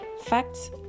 facts